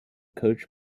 coached